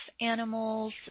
animals